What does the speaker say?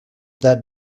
that